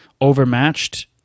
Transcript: overmatched